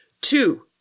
Two